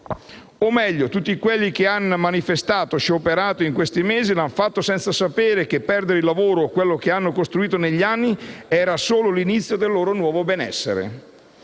o meglio, tutti coloro che hanno manifestato e scioperato in questi mesi lo hanno fatto senza sapere che perdere il lavoro o quello che hanno costruito negli anni sarebbe stato solo l'inizio del loro nuovo benessere.